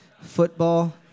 football